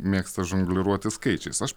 mėgsta žongliruoti skaičiais aš